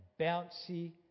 bouncy